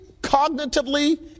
cognitively